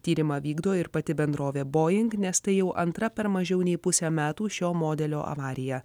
tyrimą vykdo ir pati bendrovė boing nes tai jau antra per mažiau nei pusę metų šio modelio avarija